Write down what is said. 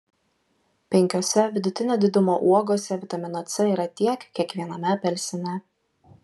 penkiose vidutinio didumo uogose vitamino c yra tiek kiek viename apelsine